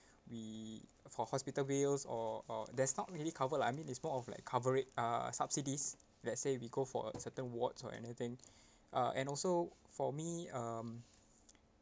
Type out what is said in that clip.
we for hospital bills or or that's not really covered lah I mean it's more of like covera~ uh subsidies let's say we go for a certain wards or anything uh and also for me um